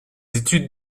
études